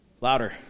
Louder